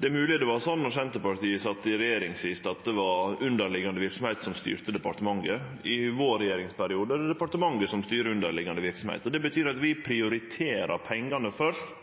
Det er mogleg at det var slik, då Senterpartiet sat i regjering sist, at det var underliggjande verksemd som styrte departementet. I vår regjeringsperiode er det departementet som styrer den underliggjande verksemda. Det betyr at vi prioriterer pengane først